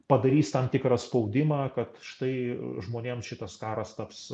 padarys tam tikrą spaudimą kad štai žmonėms šitas karas taps